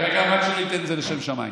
דרך אגב, מה שהוא ייתן זה לשם שמיים.